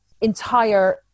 entire